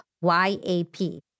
Y-A-P